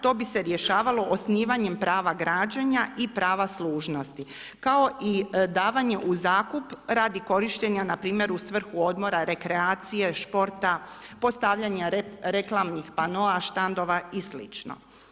To bi se rješavalo osnivanjem prava građenja i prava služnosti kao i davanje u zakup radi korištenja na primjer u svrhu odmora, rekreacije, športa, postavljanja reklamnih panoa, štandova i slično.